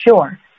sure